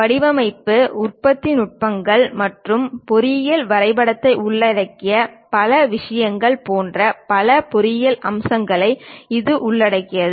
வடிவமைப்பு உற்பத்தி நுட்பங்கள் மற்றும் பொறியியல் வரைபடத்தை உள்ளடக்கிய பல விஷயங்கள் போன்ற பல பொறியியல் அம்சங்களை இது உள்ளடக்கியது